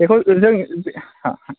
बेखौ जों